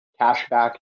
cashback